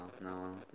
no